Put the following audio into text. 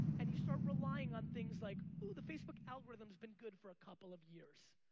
and you start relying on things like ooh, the facebook algorithm's been good for a couple of years.